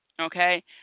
okay